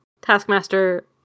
Taskmaster